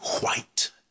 white